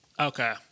Okay